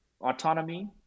autonomy